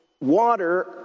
water